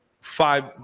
five